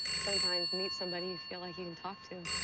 sometimes meet somebody you feel like you can talk to.